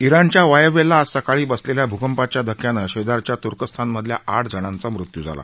इराणच्या वायव्येला आज सकाळी बसलेल्या भूकंपाच्या धक्क्यानं शेजारच्या तुर्कस्थानमधल्या आठ जणांचा मृत्यू झाला